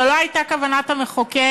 זו לא הייתה כוונת המחוקק